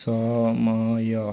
ସମୟ